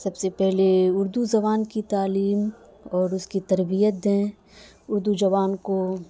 سب سے پہلے اردو زبان کی تعلیم اور اس کی تربیت دیں اردو جبان کو